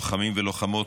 לוחמים ולוחמות,